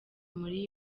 muri